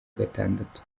gatandatu